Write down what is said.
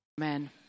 Amen